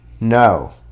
No